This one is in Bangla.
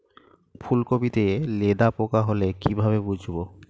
ফুলকপিতে লেদা পোকা হলে কি ভাবে বুঝবো?